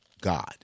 God